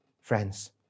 Friends